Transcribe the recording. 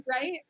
right